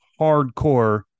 hardcore